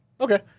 Okay